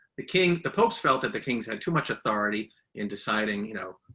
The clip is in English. the king, the popes felt that the kings had too much authority in deciding, you know,